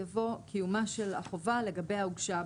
יבוא "קיומה של החובה לגביה הוגשה הבקשה".